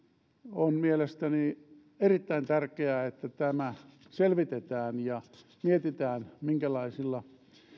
on mielestäni erittäin tärkeää että tämä selvitetään ja mietitään minkälaisilla